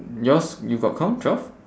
yours you got count twelve